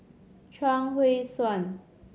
Chuang Hui Tsuan